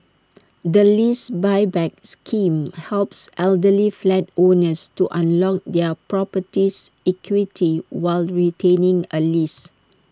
the lease Buyback scheme helps elderly flat owners to unlock their property's equity while retaining A lease